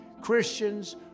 Christians